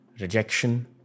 rejection